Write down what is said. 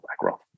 BlackRock